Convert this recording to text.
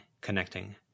connecting